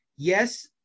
Yes